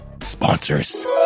sponsors